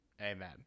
Amen